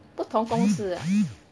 不同公司啊